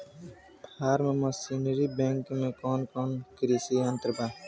Form machinery bank में कौन कौन कृषि यंत्र बा?